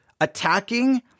attacking